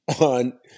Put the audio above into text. on